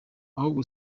ahubwo